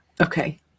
Okay